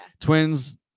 twins